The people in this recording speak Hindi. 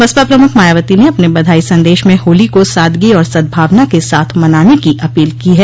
बसपा प्रमुख मायावती ने अपने बधाई संदेश में होली को सादगी और सद्भावना के साथ मनाने की अपील की है